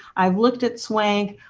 i have looked at swank.